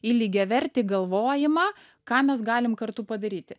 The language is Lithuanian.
į lygiavertį galvojimą ką mes galim kartu padaryti